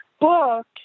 Book